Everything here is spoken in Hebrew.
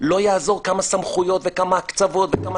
לא יעזור כמה סמכויות וכמה הקצבות וכמה